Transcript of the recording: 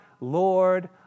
Lord